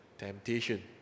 temptation